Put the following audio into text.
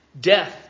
Death